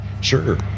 Sure